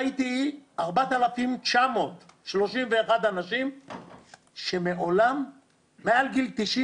ראיתי 4,931 אנשים מעל גיל 90,